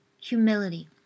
humility